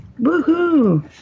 Woohoo